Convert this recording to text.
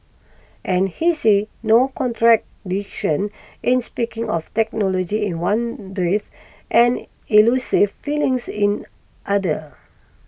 and he sees no contradiction in speaking of technology in one breath and elusive feelings in other